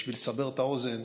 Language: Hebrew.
בשביל לסבר את האוזן,